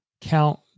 count